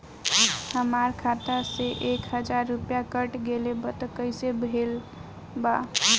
हमार खाता से एक हजार रुपया कट गेल बा त कइसे भेल बा?